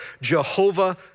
Jehovah